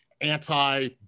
anti